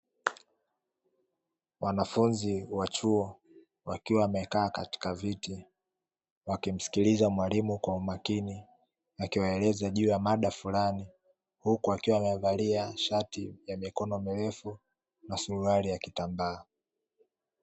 Wanafunzi wa chuo wakiwa wamekaa katika viti wakimsikiliza mwalimu kwa umakini akiwaeleza juu ya maada fulani, huku akiwa amevalia shati ya mikono mirefu na suruali ya kitambaa.